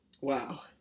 Wow